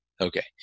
Okay